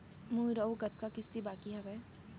मोर अऊ कतका किसती बाकी हवय?